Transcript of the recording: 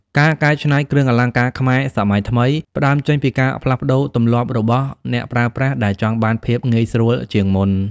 ការកែច្នៃគ្រឿងអលង្ការខ្មែរសម័យថ្មី ផ្ដើមចេញពីការផ្លាស់ប្តូរទម្លាប់របស់អ្នកប្រើប្រាស់ ដែលចង់បានភាពងាយស្រួលជាងមុន។